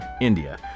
India